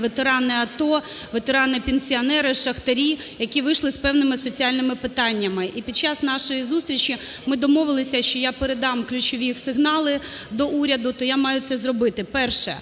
ветерани АТО, ветерани-пенсіонери, шахтарі, які вийшли з певними соціальними питаннями. І під час нашої зустрічі ми домовилися, що я передам ключові їх сигнали до уряду, то я маю це зробити. Перше.